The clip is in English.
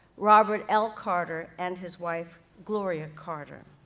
robert l. carter and his wife gloria carter.